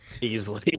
easily